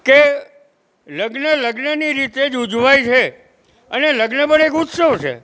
કે લગ્ન લગ્નની રીતે જ ઉજવાય છે અને લગ્ન પણ એક ઉત્સવ છે